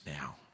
now